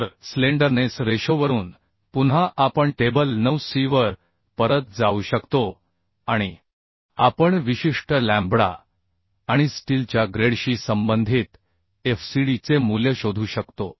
तर स्लेंडरनेस रेशोवरून पुन्हा आपण टेबल 9 c वर परत जाऊ शकतो आणि आपण विशिष्ट लॅम्बडा आणि स्टीलच्या ग्रेडशी संबंधित FCD चे मूल्य शोधू शकतो